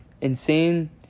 insane